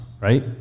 right